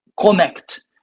connect